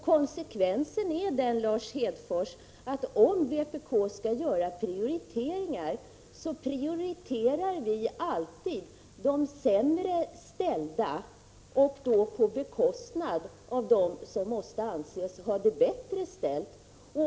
Konsekvensen är den, Lars Hedfors, att om vpk skall göra prioriteringar så prioriterar vi alltid de sämre ställda, och då på bekostnad av dem som måste anses ha det bättre ställt.